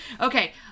Okay